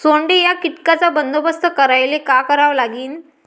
सोंडे या कीटकांचा बंदोबस्त करायले का करावं लागीन?